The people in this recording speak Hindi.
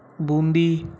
बूंदी